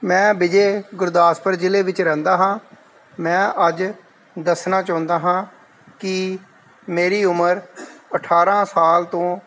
ਮੈਂ ਵਿਜੇ ਗੁਰਦਾਸਪੁਰ ਜਿਲੇ ਵਿੱਚ ਰਹਿੰਦਾ ਹਾਂ ਮੈਂ ਅੱਜ ਦੱਸਣਾ ਚਾਹੁੰਦਾ ਹਾਂ ਕਿ ਮੇਰੀ ਉਮਰ ਅਠਾਰਾਂ ਸਾਲ ਤੋਂ